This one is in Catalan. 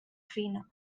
fina